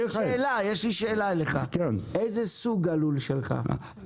איזה סוג הלול שלך?